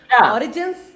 Origins